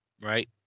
right